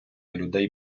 людей